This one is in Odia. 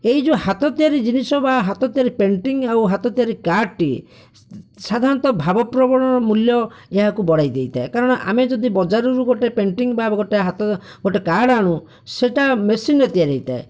ଏଇ ଯେଉଁ ହାତ ତିଆରି ଜିନିଷ ବା ହାତ ତିଆରି ପେଣ୍ଟିଙ୍ଗ ଆଉ ହାତ ତିଆରି କାର୍ଡ଼ଟିଏ ସାଧାରଣତଃ ଭାବପ୍ରବଣର ମୂଲ୍ୟ ଏହାକୁ ବଢ଼େଇ ଦେଇଥାଏ କାରଣ ଆମେ ଜଦି ବଜାରରୁ ଗୋଟିଏ ପେଣ୍ଟିଙ୍ଗ ବା ଗୋଟିଏ ହାତ ଗୋଟିଏ କାର୍ଡ଼ ଆଣୁ ସେଇଟା ମେସିନରେ ତିଆରି ହୋଇଥାଏ